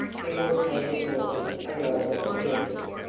bill handed monty a roll of bills.